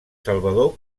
salvador